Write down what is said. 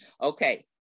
Okay